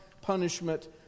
punishment